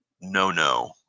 no-no